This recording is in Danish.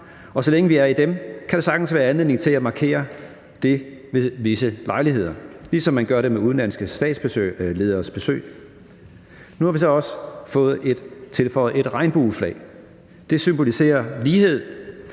og så længe, vi er i dem, kan der sagtens være anledning til at markere det ved visse lejligheder, ligesom man gør det ved udenlandske statslederes besøg. Nu har vi så også fået tilføjet et regnbueflag. Det symboliserer lighed